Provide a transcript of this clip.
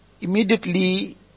immediately